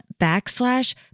backslash